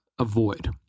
avoid